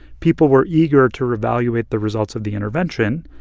people were eager to evaluate the results of the intervention.